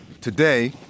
Today